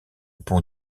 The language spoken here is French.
ponts